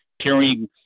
carrying